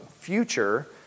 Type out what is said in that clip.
future